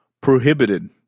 prohibited